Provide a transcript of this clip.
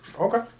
Okay